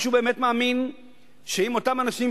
מישהו באמת מאמין שאם אותם אנשים,